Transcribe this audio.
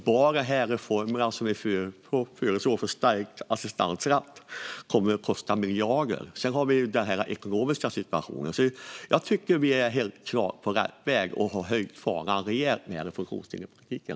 Bara de reformer som vi föreslår för stärkt assistansrätt kommer att kosta miljarder. Sedan finns den ekonomiska situationen. Jag tycker att vi helt klart är på rätt väg och har höjt fanan när det gäller funktionsfrågor i praktiken.